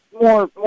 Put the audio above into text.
more